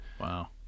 Wow